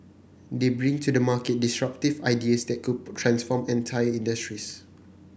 they bring to the market disruptive ideas that could transform entire industries